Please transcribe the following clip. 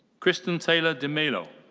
kristen taylor de melo.